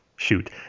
Shoot